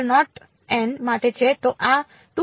તેથી પ્રથમ એક્સપ્રેશન માટે છે